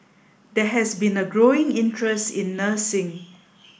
there has been a growing interest in nursing